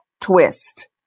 twist